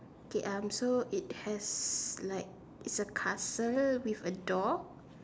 okay um so it has like it's a castle with a door